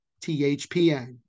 THPN